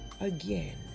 again